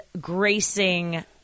gracing